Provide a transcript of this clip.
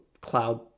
cloud